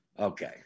Okay